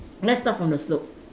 let's start from the slope